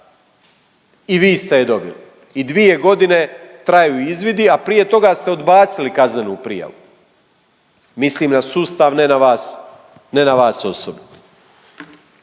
i vi ste je dobili i dvije godine traju izvidi, a prije toga ste odbacili kaznenu prijavu, mislim na sustav ne na vas osobno.